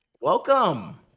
Welcome